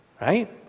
right